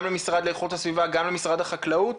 גם למשרד להגנת הסביבה וגם למשרד החקלאות,